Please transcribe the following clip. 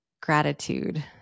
Gratitude